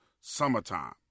summertime